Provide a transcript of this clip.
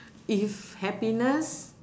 if happiness